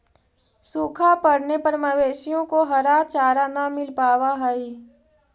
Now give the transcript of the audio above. सूखा पड़ने पर मवेशियों को हरा चारा न मिल पावा हई